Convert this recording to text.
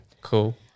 cool